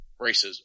racism